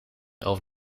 over